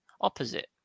opposite